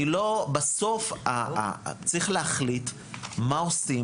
בסוף צריך להחליט מה עושים.